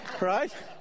right